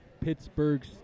Pittsburgh